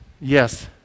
Yes